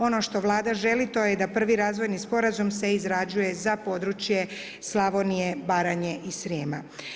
Ono što Vlada želi to je da prvi razvojni sporazum se izrađuje za područje Slavonije, Baranje i Srijema.